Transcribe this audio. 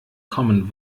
common